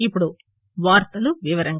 ఇప్పుడు వార్తలు వివరంగా